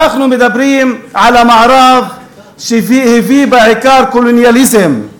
אנחנו מדברים על המערב שהביא בעיקר קולוניאליזם,